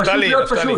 פשוט להיות פשוט.